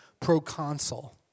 Proconsul